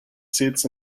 seats